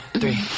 three